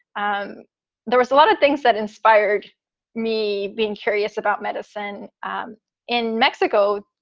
um there was a lot of things that inspired me being curious about medicine um in mexico.